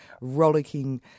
rollicking